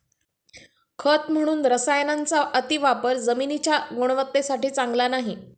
खत म्हणून रसायनांचा अतिवापर जमिनीच्या गुणवत्तेसाठी चांगला नाही